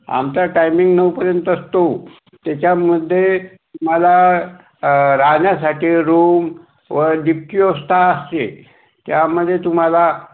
आमचा टायमिंग नऊपर्यंत असतो त्याच्यामध्ये मला राहण्यासाठी रूम व जीपची व्यवस्था असते त्यामध्ये तुम्हाला